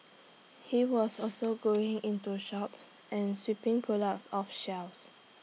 he was also going into shops and sweeping products off shelves